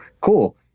Cool